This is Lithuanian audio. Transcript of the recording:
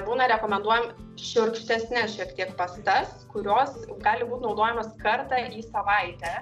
būna rekomenduojam šiurkštesnes šiek tiek pastas kurios gali būt naudojamos kartą į savaitę